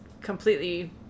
completely